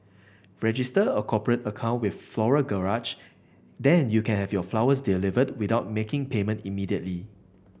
register a cooperate account with Floral Garage then you can have your flowers delivered without making payment immediately